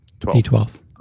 D12